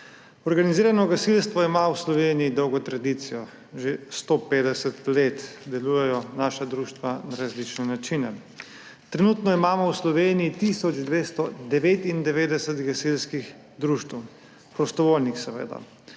Organizirano gasilstvo ima v Sloveniji dolgo tradicijo. Že 150 let delujejo naša društva na različne načine. Trenutno imamo v Sloveniji tisoč 299 gasilskih društev, prostovoljnih, seveda.